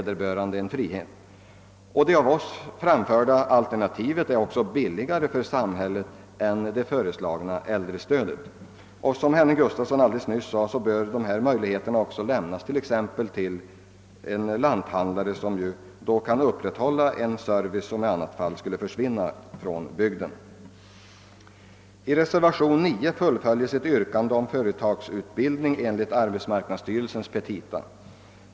Det av oss framförda alternativet blir också billigare för samhället än det föreslagna äldrestödet. Som herr Gustafsson i Skellefteå nyss sade bör ifrågavarande möjligheter stå öppna även för t.ex. en lanthandlare, som genom att utnyttja dessa möjligheter kan upprätthålla en service som i annat fall skulle gå förlorad för bygden. I reservationen 9 fullföljs ett yrkande om företagsutbildning enligt arbetsmarknadsstyrelsens petita.